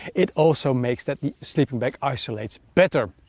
it also makes that the sleeping bag isolates better.